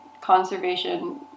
conservation